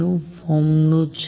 નું ફોર્મ નું છે